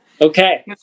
Okay